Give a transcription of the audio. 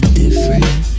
different